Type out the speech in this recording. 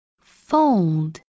fold